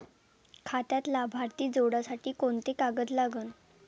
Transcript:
खात्यात लाभार्थी जोडासाठी कोंते कागद लागन?